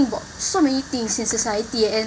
about so many things in society and